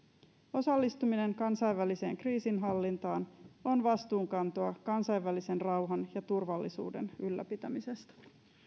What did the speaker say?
osallistuminen kansainväliseen kriisinhallintaan on vastuunkantoa kansainvälisen rauhan ja turvallisuuden ylläpitämisestä